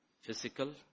physical